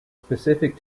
specific